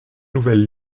nouvelle